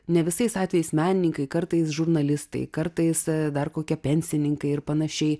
ne visais atvejais menininkai kartais žurnalistai kartais dar kokie pensininkai ir panašiai